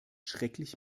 schrecklich